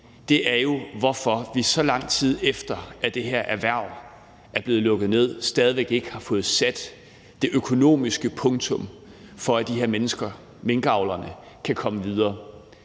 – er jo, hvorfor vi, så lang tid efter at det her erhverv er blevet lukket ned, stadig væk ikke har fået sat det økonomiske punktum, så de her mennesker, minkavlerne, kan komme videre.